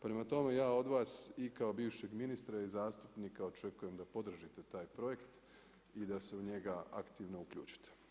Prema tome, ja od vas i kao bivšeg ministra i zastupnika očekujem da podržite taj projekt i da se u njega aktivno uključite.